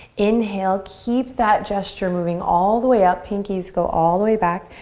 inhale, keep that gesture moving all the way up. pinkies go all the way back.